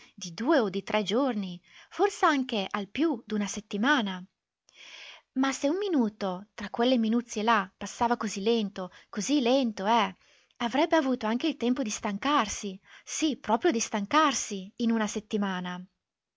di due o di tre giorni fors'anche al più d'una settimana ma se un minuto tra quelle minuzie là passava così lento così lento eh avrebbe avuto anche il tempo di stancarsi sì proprio di stancarsi in una settimana